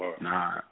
Nah